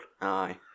Aye